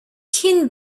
kin